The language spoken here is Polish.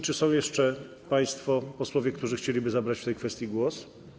Czy są jeszcze państwo posłowie, którzy chcieliby zabrać w tej kwestii głos?